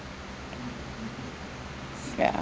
ya